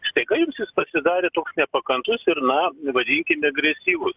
staiga jums jis pasidarė toks nepakantus ir na vadinkim agresyvus